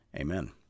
Amen